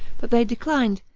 but they declined,